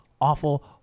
awful